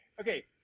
okay